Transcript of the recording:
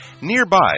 Nearby